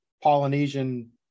polynesian